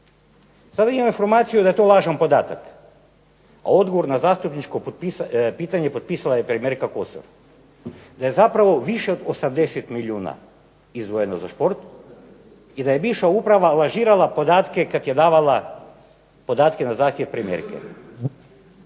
razumije./... informaciju da je to lažan podatak, a odgovor na zastupničko pitanje potpisala je premijerka Kosor. Da je zapravo više od 80 milijuna izdvojeno za šport i da je bivša uprava lažirala podatke kad je davala podatke na zahtjev premijerke.